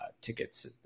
tickets